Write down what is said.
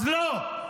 אז לא,